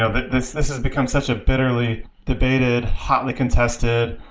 ah but this this has become such a bitterly debated, hotly contested,